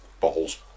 Bottles